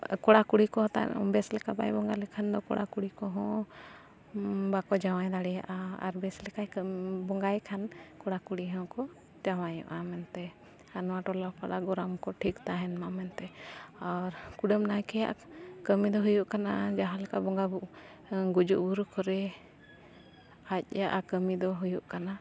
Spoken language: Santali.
ᱠᱚᱲᱟ ᱠᱩᱲᱤ ᱠᱚ ᱵᱮᱥ ᱞᱮᱠᱟ ᱵᱟᱭ ᱵᱚᱸᱜᱟ ᱞᱮᱠᱷᱟᱱ ᱫᱚ ᱠᱚᱲᱟ ᱠᱩᱲᱤ ᱠᱚᱦᱚᱸ ᱵᱟᱠᱚ ᱡᱟᱶᱟᱭ ᱫᱟᱲᱮᱭᱟᱜᱼᱟ ᱟᱨ ᱵᱮᱥ ᱞᱮᱠᱟᱭ ᱵᱚᱸᱜᱟᱭ ᱠᱷᱟᱱ ᱠᱚᱲᱟ ᱠᱩᱲᱤ ᱦᱚᱸᱠᱚ ᱡᱟᱶᱟᱭᱚᱜᱼᱟ ᱢᱮᱱᱛᱮ ᱟᱨ ᱱᱚᱣᱟ ᱴᱚᱞᱟ ᱯᱟᱲᱟᱜ ᱜᱚᱨᱟᱢ ᱠᱚ ᱴᱷᱤᱠ ᱛᱟᱦᱮᱱᱢᱟ ᱢᱮᱱᱛᱮ ᱟᱨ ᱠᱩᱰᱟᱹᱢ ᱱᱟᱭᱠᱮᱭᱟᱜ ᱠᱟᱹᱢᱤ ᱫᱚ ᱦᱩᱭᱩᱜ ᱠᱟᱱᱟ ᱡᱟᱦᱟᱸᱞᱮᱠᱟ ᱵᱚᱸᱜᱟ ᱜᱩᱡᱩᱜ ᱵᱩᱨᱩᱜ ᱠᱚᱨᱮ ᱟᱡ ᱠᱟᱹᱢᱤ ᱫᱚ ᱦᱩᱭᱩᱜ ᱠᱟᱱᱟ